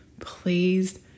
Please